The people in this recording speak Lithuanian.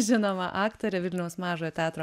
žinoma aktorė vilniaus mažojo teatro